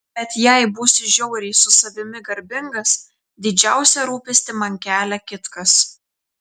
bet jei būsiu žiauriai su savimi garbingas didžiausią rūpestį man kelia kitkas